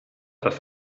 das